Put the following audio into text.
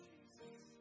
Jesus